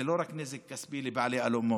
זה לא רק נזק כספי לבעלי אולמות,